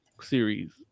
series